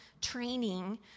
training